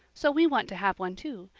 so we want to have one, too.